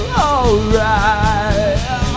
alright